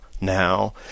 now